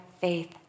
faith